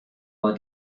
war